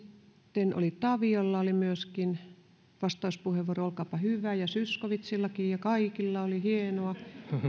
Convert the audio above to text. sitten oli taviolla myöskin vastauspuheenvuoropyyntö olkaapa hyvä ja zyskowiczillakin ja kaikilla oli hienoa